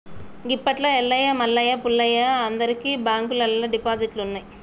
గిప్పట్ల ఎల్లయ్య మల్లయ్య పుల్లయ్యలు అందరికి బాంకుల్లల్ల డిపాజిట్లున్నయ్